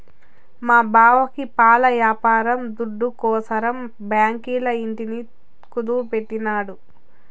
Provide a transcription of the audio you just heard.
మా బావకి పాల యాపారం దుడ్డుకోసరం బాంకీల ఇంటిని కుదువెట్టినాడు